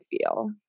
feel